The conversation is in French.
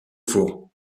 four